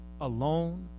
alone